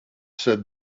said